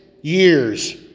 years